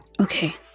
Okay